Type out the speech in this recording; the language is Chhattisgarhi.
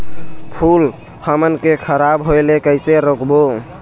फूल हमन के खराब होए ले कैसे रोकबो?